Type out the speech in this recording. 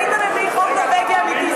אם היית מביא חוק נורבגי אמיתי,